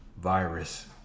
virus